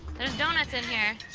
there's doughnuts in here.